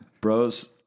Bros